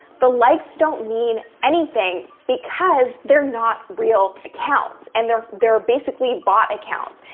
the likes don't mean anything, because they're not real accounts. and they're they're basically bot accounts.